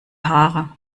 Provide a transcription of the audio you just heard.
haare